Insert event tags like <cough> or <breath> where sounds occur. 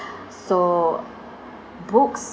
<breath> so books